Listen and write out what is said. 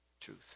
truth